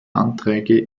anträge